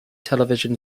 television